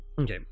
Okay